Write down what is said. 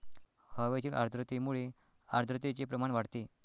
हवेतील आर्द्रतेमुळे आर्द्रतेचे प्रमाण वाढते